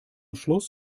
schluss